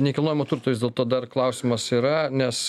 nekilnojamo turto vis dėlto dar klausimas yra nes